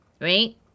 right